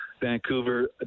Vancouver